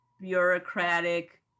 Bureaucratic